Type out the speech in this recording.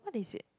what they said